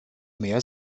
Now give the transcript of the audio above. mehr